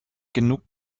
genug